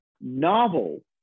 novel